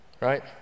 Right